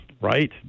Right